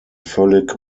völlig